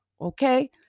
Okay